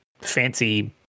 fancy